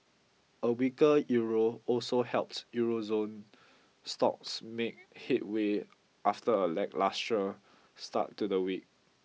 a weaker Euro also helped Euro zone stocks make headway after a lacklustre start to the week